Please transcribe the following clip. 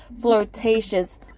flirtatious